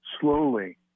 slowly